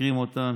משקרים להם,